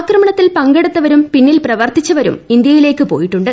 ആക്രമണത്തിൽ പങ്കെടുത്തവരും പിന്നിൽ പ്രവർത്തിച്ചവരും ഇന്ത്യയിലേക്കു പോയിട്ടുണ്ട്